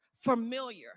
familiar